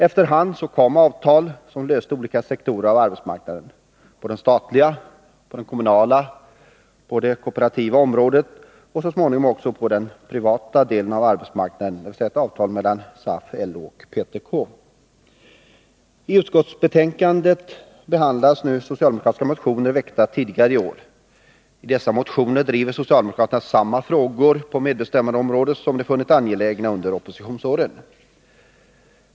Efter hand kom avtal som löste problem på olika sektorer av arbetsmarknaden på det statliga, på det kommunala, på det kooperativa området och så småningom också på den privata delen av arbetsmarknaden, dvs. ett avtal mellan SAF, LO och PTK. I utskottsbetänkandet behandlas nu socialdemokratiska motioner, väckta tidigare i år. I dessa motioner driver socialdemokraterna samma frågor på medbestämmandeområdet som de funnit angelägna under oppositionsåren.